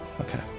Okay